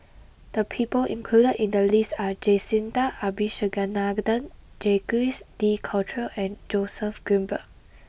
the people included in the list are Jacintha Abisheganaden Jacques de Coutre and Joseph Grimberg